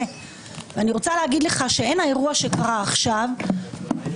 ואני רוצה להגיד לך שאין לאירוע שקרה עכשיו הצדקה,